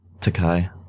Takai